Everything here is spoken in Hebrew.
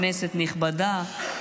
כנסת נכבדה,